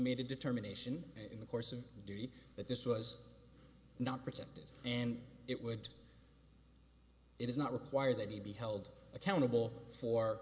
made a determination in the course of duty that this was not protected and it would it is not required that he be held accountable for